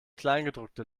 kleingedruckte